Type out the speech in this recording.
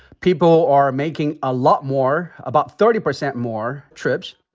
people are making a lot more about thirty percent more trips.